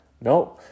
No